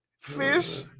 fish